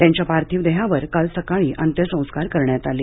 त्यांच्या पार्थिव देहावर काल सकाळी अंत्यसंस्कार करण्यात आले